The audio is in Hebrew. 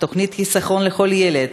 תוכנית "חיסכון לכל ילד",